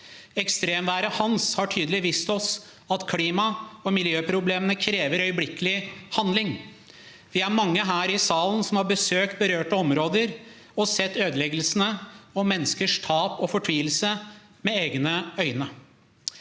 Ekstremværet «Hans» har tydelig vist oss at klima- og miljøproblemene krever øyeblikkelig handling. Vi er mange her i salen som har besøkt berørte områder og sett ødeleggelsene og menneskers tap og fortvilelse med egne øyne.